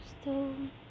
stone